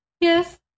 Yes